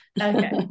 Okay